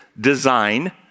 design